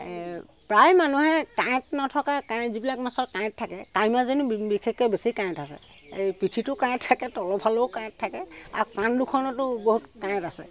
প্ৰায় মানুহে কাঁইট নথকা যিবিলাক মাছৰ কাঁইট থাকে কাৱৈ মাছজনী বিশেষকৈ বেছি কাঁইট আছে পিঠিটো কাঁইট থাকে তলফালেও কাঁইট থাকে আও কাণ দুখনটো বহুত কাঁইট আছে